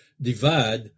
divide